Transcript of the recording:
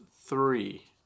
three